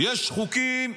יש חוקים,